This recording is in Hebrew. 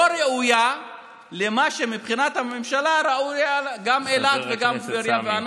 לא ראויה למה שמבחינת הממשלה ראויות גם אילת וגם טבריה.